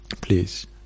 please